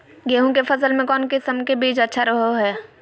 गेहूँ के फसल में कौन किसम के बीज अच्छा रहो हय?